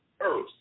earth